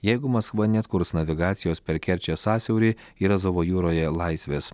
jeigu maskva neatkurs navigacijos per kerčės sąsiaurį ir azovo jūroje laisvės